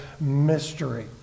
mystery